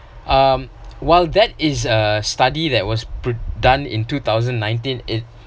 um well that is a study that was pre~ done in two thousand nineteen it